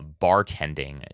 bartending